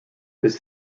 this